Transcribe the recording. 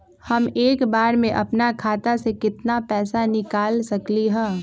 हम एक बार में अपना खाता से केतना पैसा निकाल सकली ह?